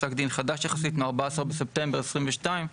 פסק דין חדש יחסית מ-14 בספטמבר 2022,